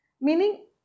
meaning